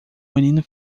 menino